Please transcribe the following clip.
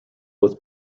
was